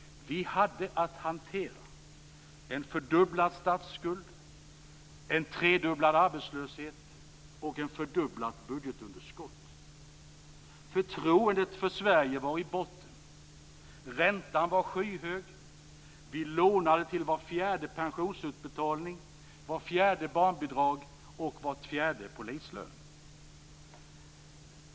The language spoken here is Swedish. Vi hade att hantera en fördubblad statsskuld, en tredubblad arbetslöshet och ett fördubblat budgetunderskott. Förtroendet för Sverige var i botten. Räntan var skyhög. Vi lånade till var fjärde pensionsutbetalning, vart fjärde barnbidrag och var fjärde polislön.